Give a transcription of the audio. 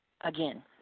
again